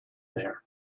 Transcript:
there